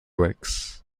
works